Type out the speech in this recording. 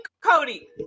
Cody